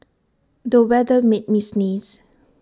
the weather made me sneeze